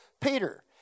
Peter